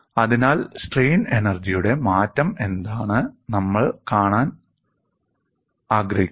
അതിനാൽ സ്ട്രെയിൻ എനർജിയുടെ മാറ്റം എന്താണ് നമ്മൾ കാണാൻ ആഗ്രഹിക്കുന്നത്